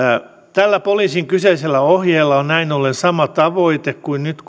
tällä poliisin kyseisellä ohjeella on näin ollen sama tavoite kuin nyt